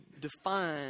define